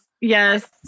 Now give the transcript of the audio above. Yes